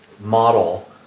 model